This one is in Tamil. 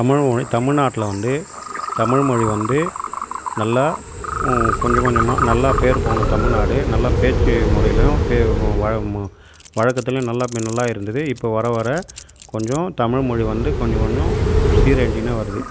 தமிழ்மொலி தமில்நாட்டில் வந்து தமிழ்மொலி வந்து நல்லா கொஞ்ச கொஞ்சமாக நல்லா பேர்போன தமிழ்நாடு நல்லா பேச்சு முறையிலையும் பே வழ வழக்கத்துலயும் நல்லா முன்ன நல்லா இருந்துது இப்போ வர வர கொஞ்சம் தமிழ்மொலி வந்து கொஞ்சம் கொஞ்சம் சிரழிஞ்சிக்கினே வருது